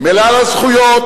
היא מלאה לזכויות,